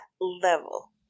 level